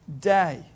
day